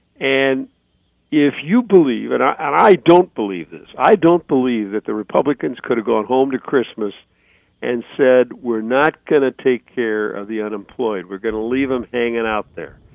and if you believe, and i and i don't believe this, i don't believe that the republicans could've gone home to christmas and said we're not going to take care of the unemployed, we're going to leave them hanging and out there.